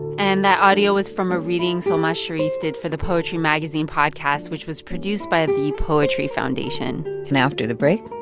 and that audio was from a reading solmaz sharif did for the poetry magazine podcast, which was produced by the poetry foundation and after the break,